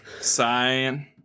cyan